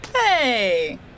Hey